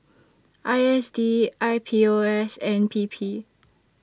I S D I P O S and P P